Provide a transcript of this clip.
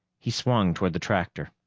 he swung toward the tractor.